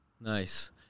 nice